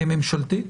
ממשלתית.